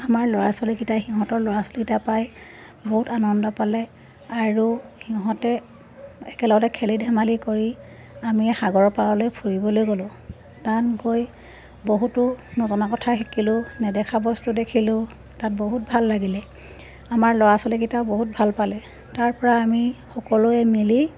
আমাৰ ল'ৰা ছোৱালীকেইটাই সিহঁতৰ ল'ৰা ছোৱালীকেইটা পাই বহুত আনন্দ পালে আৰু সিহঁতে একেলগতে খেলি ধেমালি কৰি আমি সাগৰৰ পাৰলৈ ফুৰিবলৈ গ'লোঁ তাত গৈ বহুতো নজনা কথা শিকিলোঁ নেদেখা বস্তু দেখিলোঁ তাত বহুত ভাল লাগিলে আমাৰ ল'ৰা ছোৱালীকেইটায়ো বহুত ভাল পালে তাৰপৰা আমি সকলোৱে মিলি